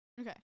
Okay